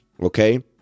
okay